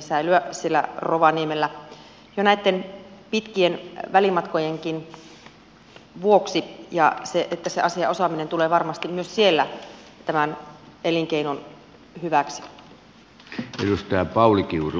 säilyä siellä rovaniemellä jo näitten pitkien välimatkojenkin vuoksi ja se asian osaaminen tulee varmasti myös siellä tämän elinkeinon hyväksi